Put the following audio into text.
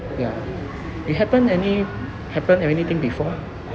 ya you happen any happen anything before